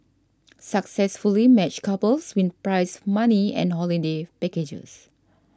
successfully matched couples win prize money and holiday packages